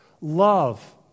love